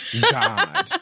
god